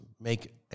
make